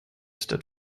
stood